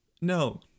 No